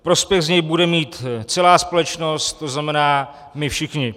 Prospěch z něj bude mít celá společnost, to znamená my všichni.